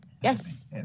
Yes